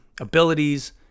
abilities